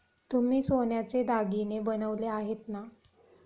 तुम्ही सोन्याचे दागिने बनवले आहेत ना?